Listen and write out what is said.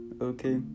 Okay